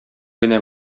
генә